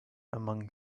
among